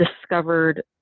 discovered